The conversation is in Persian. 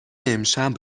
امشب